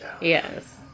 Yes